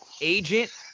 Agent